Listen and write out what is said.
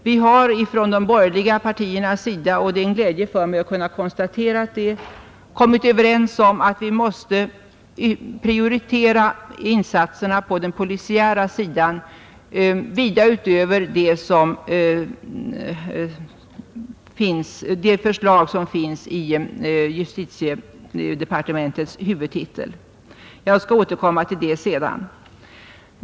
Vi har från de borgerliga partiernas sida — och det är en glädje för mig att kunna konstatera det — kommit överens om att vi måste prioritera 57 insatserna på den polisiära sidan vida utöver det förslag som finns i justitiedepartementets huvudtitel. Jag skall återkomma till det sedan.